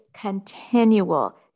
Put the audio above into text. continual